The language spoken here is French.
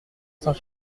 saint